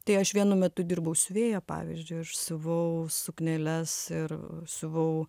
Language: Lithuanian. tai aš vienu metu dirbau siuvėja pavyzdžiui aš siuvau sukneles ir siuvau